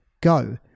go